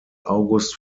august